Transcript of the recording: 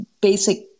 basic